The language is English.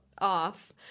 off